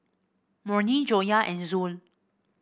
Murni Joyah and Zul